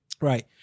Right